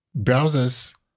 browsers